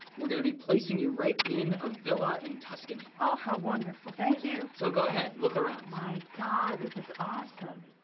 we're gonna be placing you right in a villa in tuscany. oh, how wonderful. thank you. so go ahead. look around. my god, this is awesome.